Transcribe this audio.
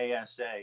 ASA